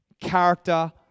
Character